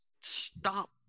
stop